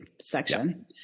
section